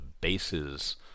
bases